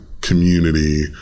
community